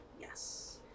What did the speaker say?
Yes